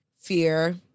Fear